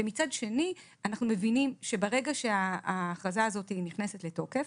ומצד שני אנחנו מבינים שברגע שהאכרזה הזאת נכנסת לתוקף,